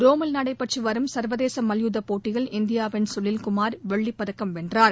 ரோமில் நடைபெற்று வரும் சர்வதேச மல்யுத்த போட்டியில் இந்தியாவின் சுனில் குமார் வெள்ளிப்பதக்கம் வென்றார்